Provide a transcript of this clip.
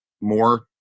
more